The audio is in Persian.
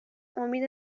امید